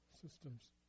systems